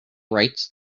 writes